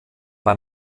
bei